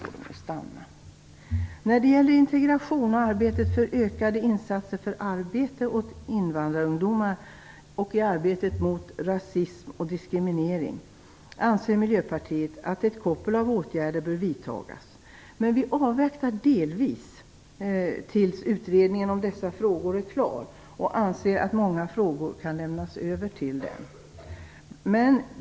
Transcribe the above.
Miljöpartiet anser att ett koppel av åtgärder bör vidtas när det gäller integrationen. Det gäller ökade insatser för att invandrarungdomarna skall få arbete och arbetet mot rasism och diskriminering. Men vi avvaktar delvis tills utredningen om dessa frågor är klar. Många frågor kan lämnas över till utredningen.